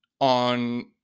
on